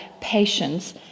patience